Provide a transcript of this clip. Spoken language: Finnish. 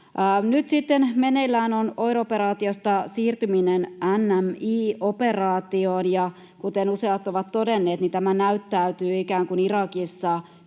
Nyt sitten meneillään on siirtyminen OIR-operaatiosta NMI-operaatioon, ja kuten useat ovat todenneet, tämä näyttäytyy ikään kuin Irakissa